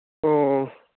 ꯑꯣ